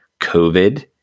COVID